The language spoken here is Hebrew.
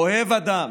אוהב אדם.